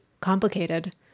complicated